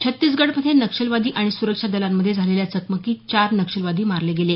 छत्तीसगड मध्ये नक्षलवादी आणि सुरक्षा दलांमध्ये झालेल्या चकमकीत चार नक्षलवादी मारले गेले